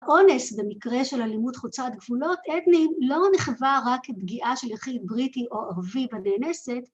‫אונס במקרה של אלימות חוצת גבולות, ‫אתנית, לא נחווה רק ‫פגיעה של יחיד, בריטי או ערבי, בנאנסת.